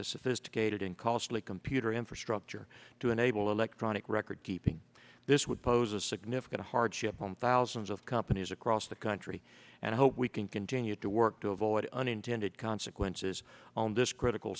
the sophisticated and costly computer infrastructure to enable electronic record keeping this would pose a significant hardship on thousands of companies across the country and i hope we can continue to work to avoid unintended consequences on this critical